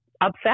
upset